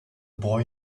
boy